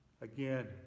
Again